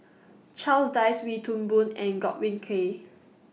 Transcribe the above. Charles Dyce Wee Toon Boon and Godwin Koay